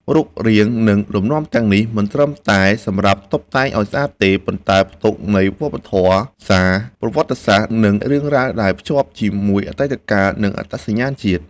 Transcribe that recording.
រូបរាង និងលំនាំទាំងនេះមិនត្រឹមតែសម្រាប់តុបតែងឲ្យស្អាតទេ ប៉ុន្តែផ្ទុកន័យវប្បធម៌ សារ ប្រវត្តិសាស្ត្រ និងរឿងរ៉ាវដែលភ្ជាប់ជាមួយអតីតកាលនិងអត្តសញ្ញាណជាតិ។